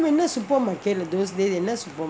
என்ன:enna supermarket those days என்ன:enna supermarket